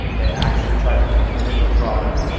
they actually tried to make a different product,